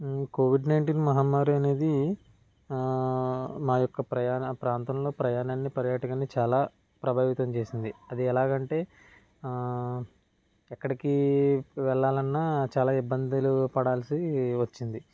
ఈ covid nineteen మహమ్మారి అనేది మా యొక్క ప్రయాణం ప్రాంతంలో ప్రయాణాన్ని పర్యటన చాలా ప్రభావితం చేసింది అది ఎలాగంటే ఎక్కడికి వెళ్ళాలన్నా చాలా ఇబ్బందులు పడాల్సి వచ్చింది